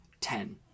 ten